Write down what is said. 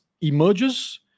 emerges